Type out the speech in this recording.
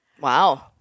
Wow